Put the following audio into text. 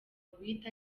guhita